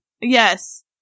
Yes